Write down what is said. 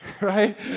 right